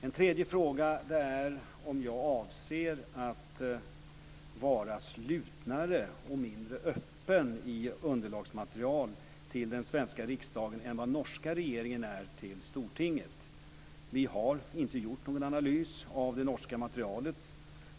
En tredje fråga är om jag avser att vara slutnare och mindre öppen i underlagsmaterial till den svenska riksdagen än vad norska regeringen är till Stortinget. Vi har inte gjort någon analys av det norska materialet.